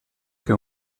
che